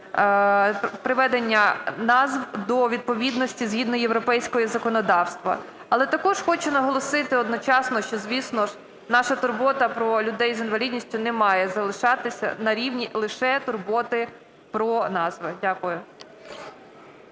приведення назв до відповідності згідно європейського законодавства. Але також хочу наголосити одночасно, що, звісно, наша турбота про людей з інвалідністю не має залишатися на рівні лише турботи про назви. Дякую.